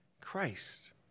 Christ